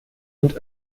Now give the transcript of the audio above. und